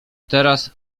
teraz